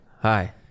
Hi